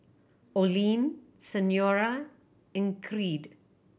Olene Senora in Creed